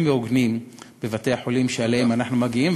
והוגנים בבתי-החולים שאליהם אנחנו מגיעים,